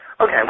Okay